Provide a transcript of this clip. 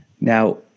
Now